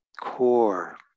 core